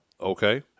okay